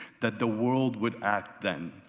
that the world would add them,